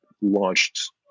launched